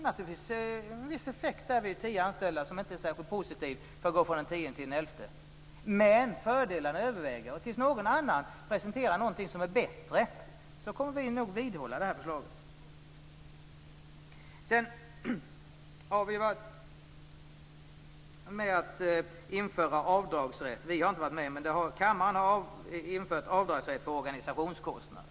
När man vill gå från tio till elva anställda blir det naturligtvis en effekt som inte är särskilt positiv. Men fördelarna överväger. Tills någon annan presenterar något som är bättre kommer vi nog att stå fast vid det här förslaget. Kammaren har infört avdragsrätt för organisationskostnader.